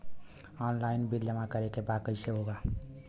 Online bill जमा करे के बा कईसे होगा?